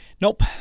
Nope